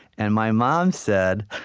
and my mom said,